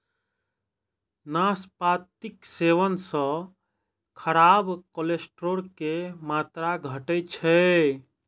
नाशपातीक सेवन सं खराब कोलेस्ट्रॉल के मात्रा घटै छै